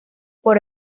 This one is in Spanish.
por